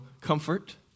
comfort